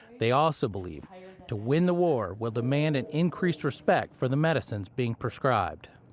they also believe to win the war will demand an increased respect for the medicines being prescribed.